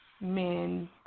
men